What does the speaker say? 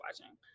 watching